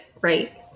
right